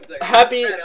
happy